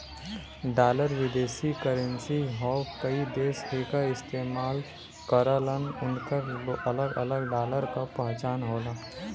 dollar विदेशी currency हौ कई देश एकर इस्तेमाल करलन उनकर अलग अलग डॉलर क पहचान होला